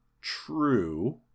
true